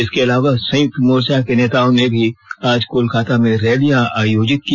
इसके अलावा संयुक्त मोर्चा के नेताओं ने भी आज कोलकाता में रैलियां आयोजित की